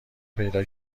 پیدا